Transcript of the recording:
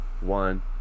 one